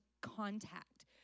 contact